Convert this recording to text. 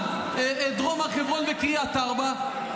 גם דרום הר חברון וקריית ארבע,